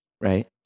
right